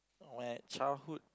or at childhood